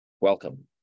Welcome